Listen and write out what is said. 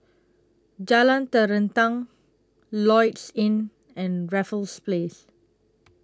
Jalan Terentang Lloyds Inn and Raffles Place